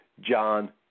John